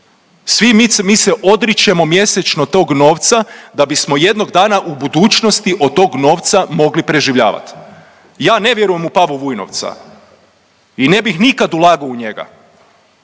mi, mi se odričemo mjesečno tog novca da bismo jednog dana u budućnosti od tog novca mogli preživljavati. Ja ne vjerujem u Pavu Vujnovca i ne bih nikad ulagao u njega